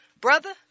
Brother